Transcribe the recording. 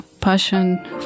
passion